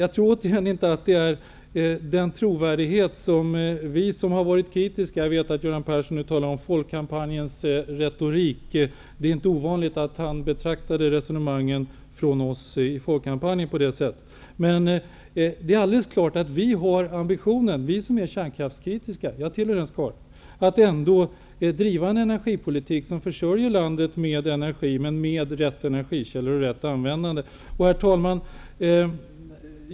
Göran Persson talar nu om ''folkkampanjens retorik''. Det var inte ovanligt att han betraktade de resonemang som vi i folkkampanjen förde fram på det sättet. Det är alldeles klart att vi som är kärnkraftskritiska -- jag tillhör den skaran -- har ambitionen att ändå driva en energipolitik som försörjer landet med energi, men med rätt energikällor och rätt användande. Herr talman!